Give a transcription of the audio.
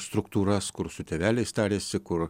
struktūras kur su tėveliais tariasi kur